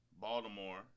Baltimore